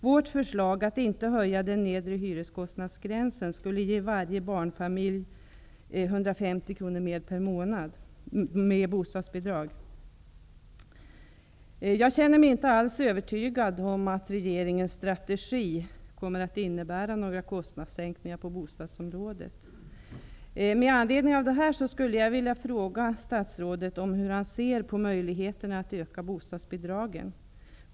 Vårt förslag att man inte skulle höja den nedre hyreskostnadsgränsen skulle ge varje barnfamilj 150 kr mer i bostadsbidrag per månad. Jag känner mig inte alls övertygad om att regeringens strategi kommer att innebära några kostnadssänkningar på bostadsområdet. Med anledning av detta skulle jag vilja fråga statsrådet hur han ser på möjligheterna att öka bostadsbidragen.